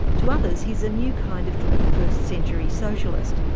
to others he's a new kind of twenty first century socialist,